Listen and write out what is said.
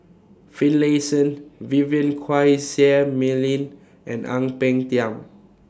Finlayson Vivien Quahe Seah Mei Lin and Ang Peng Tiam